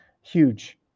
Huge